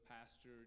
pastor